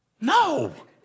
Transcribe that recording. no